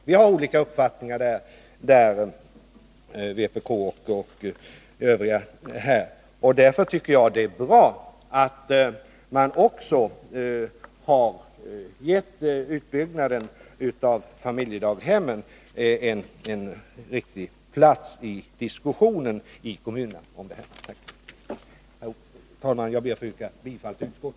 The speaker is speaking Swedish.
Vpk har där en annan uppfattning än de övriga partierna. Jag tycker att det är bra att man har gett utbyggnaden av familjedaghemmen en viktig plats i diskussionen ute i kommunerna. Herr talman! Jag ber att få yrka bifall till utskottets hemställan.